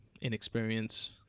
inexperience